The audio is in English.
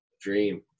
Dream